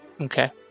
Okay